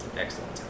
Excellent